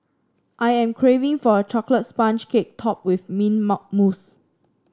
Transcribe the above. I am craving for a chocolate sponge cake topped with mint mousse